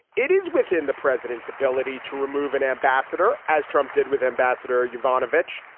it is within the president's ability to remove an ambassador, as trump did with ambassador jovanovic.